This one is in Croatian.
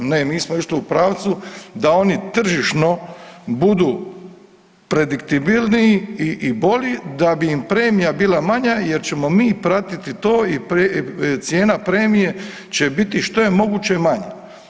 Ne, mi smo išli u pravcu da oni tržišno budu prediktibilniji i bolji da bi im premija bila manja jer ćemo mi pratiti to i cijena premije će biti što je moguće manja.